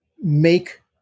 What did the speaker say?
make